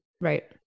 Right